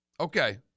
Okay